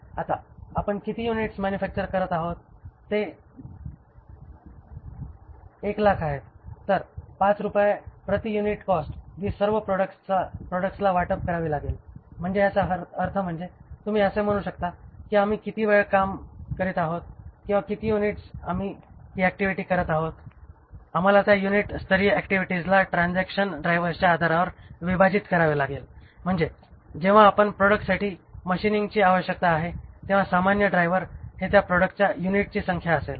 आता आपण किती युनिट्स मॅन्युफॅक्चर करत आहोत ते 100000 आहेत तर 5 रुपये प्रति युनिट कॉस्ट जी सर्व प्रॉडक्ट्सला वाटप करावे लागतील म्हणजे त्याचा अर्थ म्हणजे तुम्ही असे म्हणू शकता कि आम्ही किती वेळ काम करीत आहोत किंवा किती युनिट आम्ही हि ऍक्टिव्हिटी करीत आहोत आम्हाला त्या युनिट स्तरीय ऍक्टिव्हिटीजला ट्रान्झॅक्शन ड्रायव्हर्सच्या आधारावर विभाजित करावे लागेल म्हणजे जेव्हा सर्व प्रॉडक्ट्ससाठी मशीनिंगची आवश्यकता आहे तेव्हा सामान्य ड्रायव्हर हे त्या प्रॉडक्टच्या युनिटची संख्या असेल